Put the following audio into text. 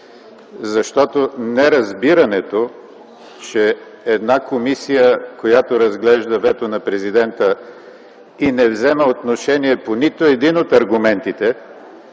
Защото неразбирането, че една комисия, която разглежда вето на Президента и не взема отношение по нито един от аргументите,